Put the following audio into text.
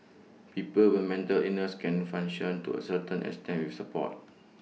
people with mental illness can function to A certain extent with support